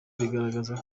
bigaragaza